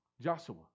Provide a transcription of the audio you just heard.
Joshua